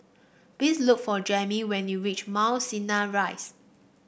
please look for Jami when you reach Mount Sinai Rise